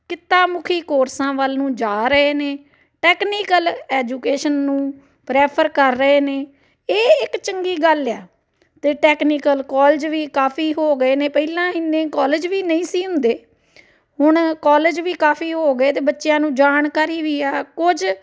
ਕਿੱਤਾ ਮੁਖੀ ਕੋਰਸਾਂ ਵੱਲ ਨੂੰ ਜਾ ਰਹੇ ਨੇ ਟੈਕਨੀਕਲ ਐਜੂਕੇਸ਼ਨ ਨੂੰ ਪਰੈਫਰ ਕਰ ਰਹੇ ਨੇ ਇਹ ਇੱਕ ਚੰਗੀ ਗੱਲ ਆ ਅਤੇ ਟੈਕਨੀਕਲ ਕੋਲਜ ਵੀ ਕਾਫ਼ੀ ਹੋ ਗਏ ਨੇ ਪਹਿਲਾਂ ਇੰਨੇ ਕੋਲਜ ਵੀ ਨਹੀਂ ਸੀ ਹੁੰਦੇ ਹੁਣ ਕੋਲਜ ਵੀ ਕਾਫ਼ੀ ਹੋ ਗਏ ਅਤੇ ਬੱਚਿਆਂ ਨੂੰ ਜਾਣਕਾਰੀ ਵੀ ਆ ਕੁਝ